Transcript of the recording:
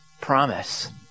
promise